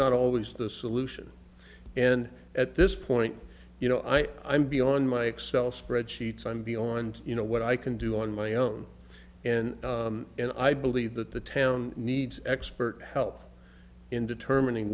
not always the solution and at this point you know i'm beyond my excel spreadsheets i'm beyond you know what i can do on my own and and i believe that the town needs expert help in determining